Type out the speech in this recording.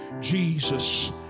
jesus